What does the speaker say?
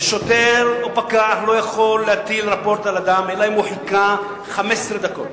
שוטר או פקח לא יכול להטיל רפורט על אדם אלא אם כן הוא חיכה 15 דקות.